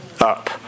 up